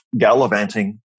gallivanting